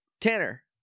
Tanner